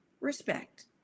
respect